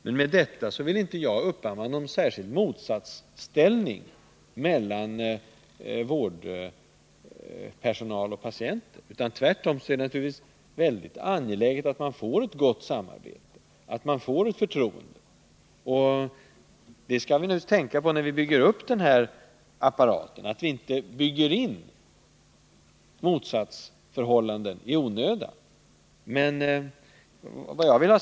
Men med detta vill jag inte underblåsa någon motsatsställning mellan sjukvårdspersonal och patienter. Tvärtom är det angeläget att man får ett gott samarbete, att man känner förtroende.